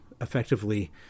effectively